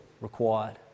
required